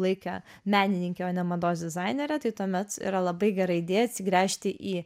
laikė menininke o ne mados dizainere tai tuomet yra labai gera idėja atsigręžti į